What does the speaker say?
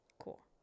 cool